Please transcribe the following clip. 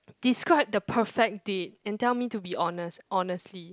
describe the perfect date and tell me to be honest honestly